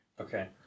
Okay